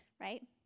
right